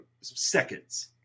seconds